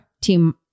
team